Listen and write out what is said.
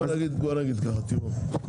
בוא נגיד ככה, תראו.